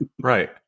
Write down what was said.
right